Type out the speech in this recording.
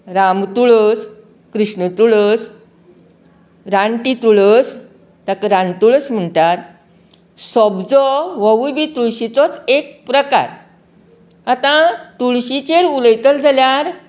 राम तुळस कृष्ण तुळस राणट्टी तुळस ताका रान तुळस म्हणटात सोबजो होवूय बी तुळशीचोच एक प्रकार आतां तुळशींचेर उलयतलो जाल्यार